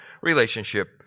relationship